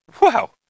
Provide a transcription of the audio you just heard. Wow